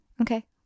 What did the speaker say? Okay